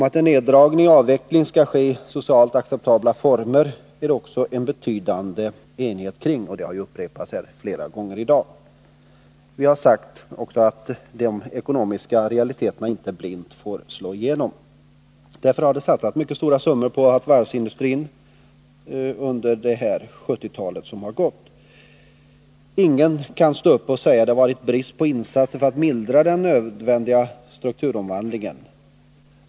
Att en neddragning och avveckling skall ske i socialt acceptabla former har det också rått en betydande enighet om — det har ju upprepats flera gånger häri dag. Vi har sagt att de ekonomiska realiteterna inte blint får slå igenom. Just därför har det satsats mycket stora summor på varvsindustrin under hela 1970-talet. Ingen kan stå upp och säga att det har varit brist på insatser för att mildra den nödvändiga strukturomvandlingen.